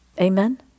Amen